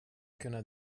kunna